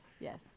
Yes